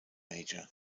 major